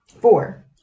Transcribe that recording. four